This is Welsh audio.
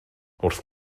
wrth